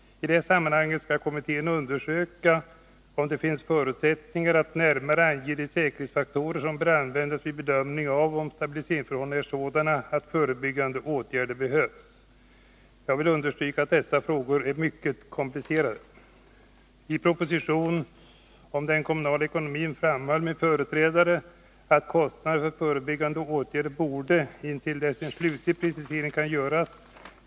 I detta sammanhang skall kommittén undersöka om det finns förutsättningar att närmare ange de säkerhetsfaktorer som bör användas vid bedömningen av om stabilitetsförhållandena är sådana att förebyggande åtgärder behövs. Jag vill understryka att dessa frågor är mycket komplicerade. I propositionen om den kommunala ekonomin framhöll min företrädare att kostnaderna för förebyggande åtgärder borde, intill dess en slutlig precisering kan göras.